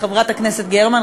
חברת הכנסת גרמן,